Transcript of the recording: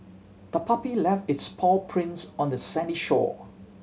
the puppy left its paw prints on the sandy shore